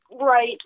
right